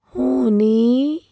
ਹੋਣੀ